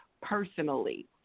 personally